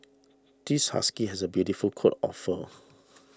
this husky has a beautiful coat of fur